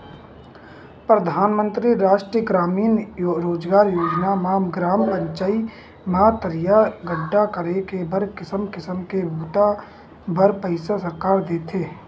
परधानमंतरी रास्टीय गरामीन रोजगार योजना म ग्राम पचईत म तरिया गड्ढ़ा करे के बर किसम किसम के बूता बर पइसा सरकार देथे